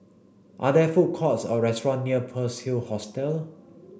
are there food courts or restaurants near Pearl's Hill Hostel